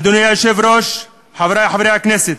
אדוני היושב-ראש, חברי חברי הכנסת,